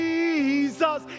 Jesus